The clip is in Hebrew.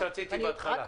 זה מה שרציתי בהתחלה.